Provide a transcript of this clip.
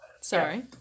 sorry